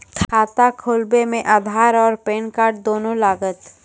खाता खोलबे मे आधार और पेन कार्ड दोनों लागत?